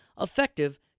effective